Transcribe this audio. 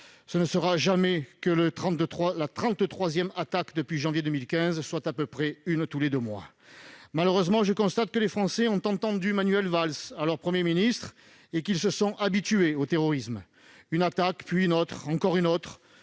attaque que nous subissons depuis janvier 2015, soit à peu près une tous les deux mois. Malheureusement, je constate que les Français ont entendu Manuel Valls, alors Premier ministre, et qu'ils se sont « habitués au terrorisme ». Une attaque, puis une autre, et encore une autre